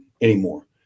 anymore